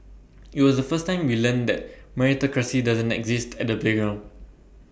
IT was the first time we learnt that meritocracy doesn't exist at the playground